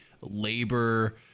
labor